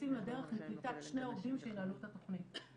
יוצאים לדרך לקליטת שני עובדים שינהלו את התכנית.